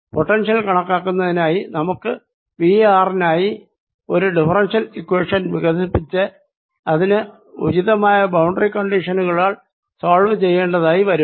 potential കണക്കാക്കുന്നതിനായി നമുക്ക് V r നായി ഒരു ഡിഫറെൻഷ്യൽ ഇക്വേഷൻ വികസിപ്പിച്ച് അത് ഉചിതമായ ബൌണ്ടറി കണ്ടിഷനുകളാൽ സോൾവ് ചെയ്യേണ്ടതായി വരും